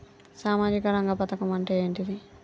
సామాజిక రంగ పథకం అంటే ఏంటిది?